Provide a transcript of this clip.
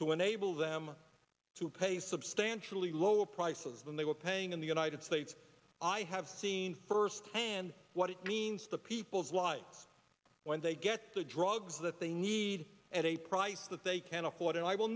to enable them to pay substantially lower prices than they were paying in the united states i have seen firsthand what it means the people's lives when they get the drugs that they need at a price that they can afford and i will